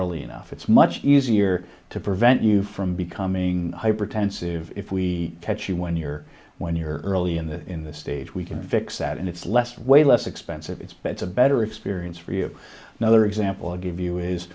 early enough it's much easier to prevent you from becoming hypertensive if we catch you when you're when you're early in the in this stage we can fix that and it's less way less expensive its bets a better experience for you know other example of give you is